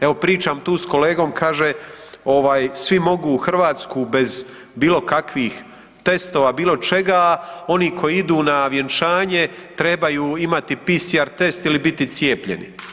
Evo, pričam tu s kolegom, kaže ovaj, svi mogu u Hrvatsku bez bilo kakvih testova, bilo čega, oni koji idu na vjenčanje trebaju imati PCR test ili biti cijepljeni.